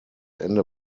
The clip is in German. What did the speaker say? ende